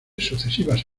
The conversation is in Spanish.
sucesivas